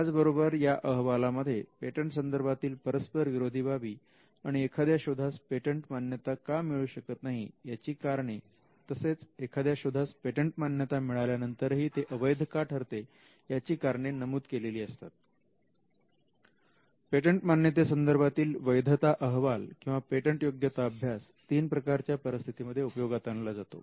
त्याचबरोबर या अहवालामध्ये पेटंट संदर्भातील परस्पर विरोधी बाबी आणि एखाद्या शोधास पेटंट मान्यता का मिळू शकत नाही याची कारणे तसेच एखाद्या शोधास पेटंट मान्यता मिळाल्यानंतरही ते अवैध का ठरते याची कारणे नमूद केलेली असतात पेटंट मान्यते संदर्भातील वैधता अहवाल किंवा पेटंटयोग्यता अभ्यास तीन प्रकारच्या परिस्थितीमध्ये उपयोगात आणला जातो